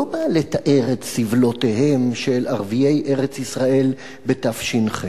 לא בא לתאר את סבלותיהם של ערביי ארץ-ישראל בתש"ח,